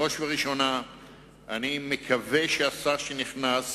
בראש ובראשונה אני מקווה שהשר הנכנס